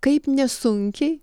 kaip nesunkiai